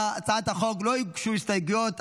להצעת החוק לא הוגשו הסתייגויות,